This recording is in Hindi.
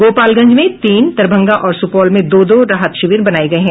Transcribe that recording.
गोपालगंज में तीन दरभंगा और सुपौल में दो दो राहत शिविर बनाये गये हैं